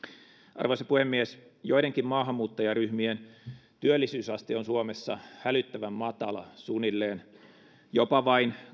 arvoisa puhemies joidenkin maahanmuuttajaryhmien työllisyysaste on suomessa hälyttävän matala suunnilleen jopa vain